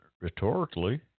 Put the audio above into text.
rhetorically